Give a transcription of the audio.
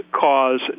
cause